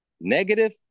negative